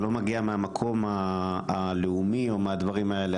זה לא מגיע מהמקום הלאומי או מהדברים האלה,